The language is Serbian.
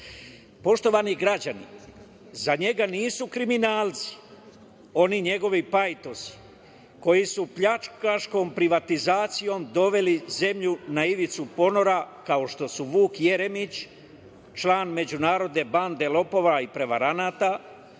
citat. Poštovani građani, za njega nisu kriminalci oni njegovi pajtosi koji su pljačkaškom privatizacijom doveli zemlju na ivicu ponora, kao što su Vuk Jeremić, član međunarodne bande lopova i prevaranata,